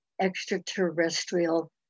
extraterrestrial